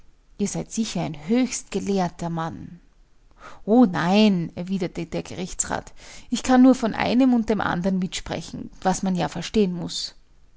ihr seid sicher ein höchst gelehrter mann o nein erwiderte der gerichtsrat ich kann nur von einem und dem andern mitsprechen was man ja verstehen muß